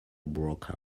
broke